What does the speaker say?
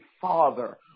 father